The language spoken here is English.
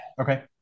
okay